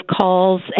calls